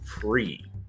free